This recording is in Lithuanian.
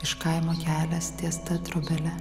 iš kaimo kelias ties ta trobele